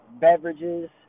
beverages